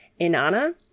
Inanna